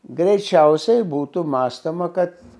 greičiausiai būtų mąstoma kad